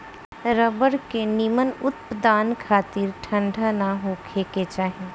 rubber के निमन उत्पदान खातिर ठंडा ना होखे के चाही